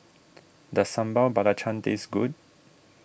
does Sambal Belacan taste good